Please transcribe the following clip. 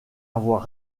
avoir